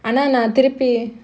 ஆனா நா திருப்பி:aanaa naa thiruppi